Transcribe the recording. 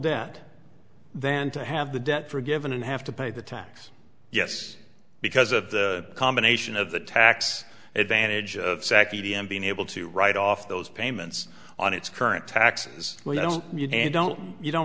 debt than to have the debt forgiven and have to pay the tax yes because of the combination of the tax advantage of sac e d m being able to write off those payments on its current taxes we don't you don't you don't